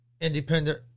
independent